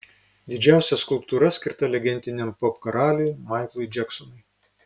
didžiausia skulptūra skirta legendiniam popkaraliui maiklui džeksonui